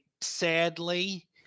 sadly